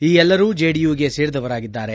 ಈ ಎಲ್ಲರೂ ಜೆಡಿಯು ಗೆ ಸೇರಿದವರಾಗಿದ್ದಾರೆ